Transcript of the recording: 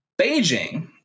Beijing